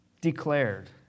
declared